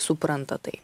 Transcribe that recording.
supranta tai